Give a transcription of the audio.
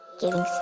giving